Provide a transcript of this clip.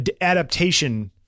adaptation